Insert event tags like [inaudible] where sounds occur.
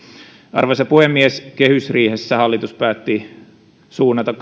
arvoisa puhemies kehysriihen seurauksena hallitus päätti suunnata [unintelligible]